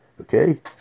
Okay